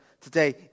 today